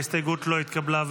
ההסתייגות לא התקבלה.